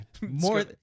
more